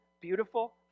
beautiful